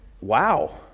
Wow